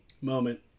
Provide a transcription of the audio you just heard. moment